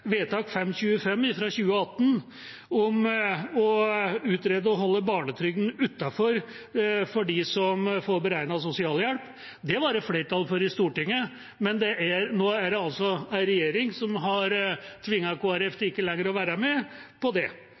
vedtak nr. 525 fra 2018 om å utrede å holde barnetrygden utenfor ved beregning av sosialhjelp. Det var det flertall for i Stortinget, men nå er det altså en regjering som har tvunget Kristelig Folkeparti til ikke lenger å være med på det.